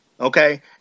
Okay